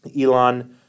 Elon